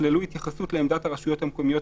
יכללו התייחסות לעמדת הרשויות המקומיות,